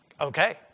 okay